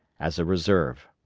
as a reserve.